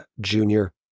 junior